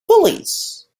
pulleys